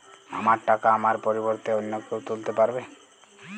আমার টাকা আমার পরিবর্তে অন্য কেউ তুলতে পারবে?